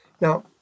Now